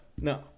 No